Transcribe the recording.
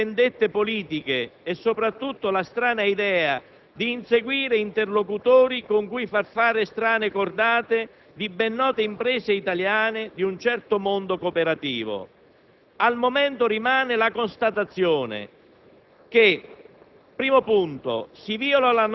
C'è il fondato sospetto di alcune vendette politiche e soprattutto la strana idea di inseguire interlocutori con cui far fare strane cordate di ben note imprese italiane di un certo mondo cooperativo. Al momento rimane la constatazione